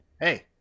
Hey